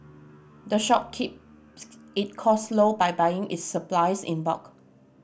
the shop keep it cost low by buying its supplies in bulk